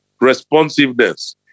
responsiveness